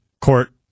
court